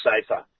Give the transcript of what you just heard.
safer